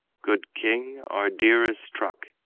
good king, our deer is struck,